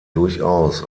durchaus